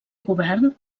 govern